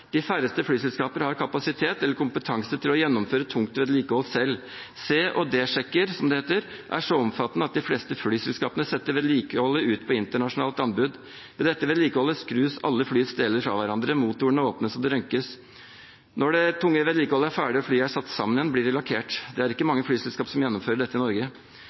De færreste flyselskaper har kapasitet eller kompetanse til å gjennomføre tungt vedlikehold selv. C- og D-sjekker, som det heter, er så omfattende at de fleste flyselskapene setter vedlikeholdet ut på internasjonalt anbud. Ved dette vedlikeholdet skrus alle flyets deler fra hverandre, motorene åpnes og «røntges». Når det tunge vedlikeholdet er ferdig og flyet blir satt sammen igjen, blir det lakkert. Det er ikke mange flyselskaper som gjennomfører dette i Norge.